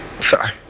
Sorry